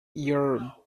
your